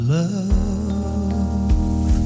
love